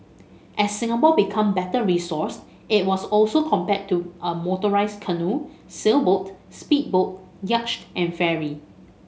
as Singapore became better resourced it was also compared to a motorised canoe sailboat speedboat yacht and ferry